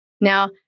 Now